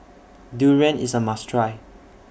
Durian IS A must Try